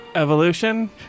Evolution